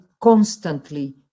constantly